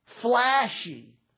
flashy